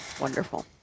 Wonderful